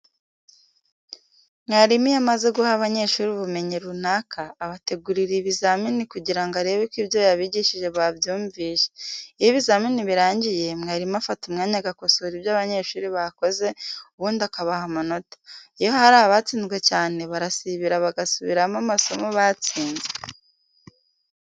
Mwarimu iyo amaze guha abanyeshuri ubumenyi runaka, abategurira ibizamini kugira ngo arebe ko ibyo yabigishije babyumvishe, iyo ibizamini birangiye, mwarimu afata umwanya agakosora ibyo abanyeshuri bakoze ubundi akabaha amanota. Iyo hari abatsinzwe cyane barasibira bagasubiramo amasomo batsinzwe.